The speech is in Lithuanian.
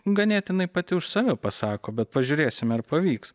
ganėtinai pati už save pasako bet pažiūrėsime ar pavyks